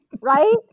right